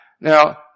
Now